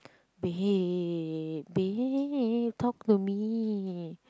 babe babe talk to me